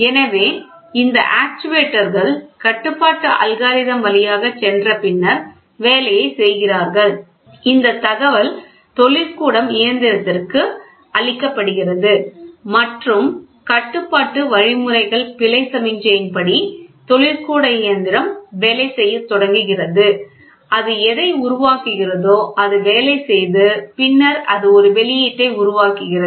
எனவே இந்த ஆக்சுவேட்டர்கள் கட்டுப்பாட்டு அல்காரிதம் வழியாகச் சென்ற பின்னர் வேலையைச் செய்கிறார்கள் இந்த தகவல் தொழிற்கூடம் இயந்திரத்திற்கு அளிக்கப்படுகிறது மற்றும் கட்டுப்பாட்டு வழிமுறைகள் பிழை சமிக்ஞையின் படி தொழிற்கூட இயந்திரம் வேலை செய்யத் தொடங்குகிறது அது எதை உருவாக்குகிறதோ அது வேலை செய்து பின்னர் அது ஒரு வெளியீட்டை உருவாக்குகிறது